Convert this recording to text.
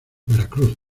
veracruz